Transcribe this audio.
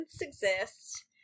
exist